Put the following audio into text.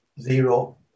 zero